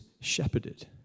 shepherded